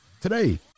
today